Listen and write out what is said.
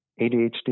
ADHD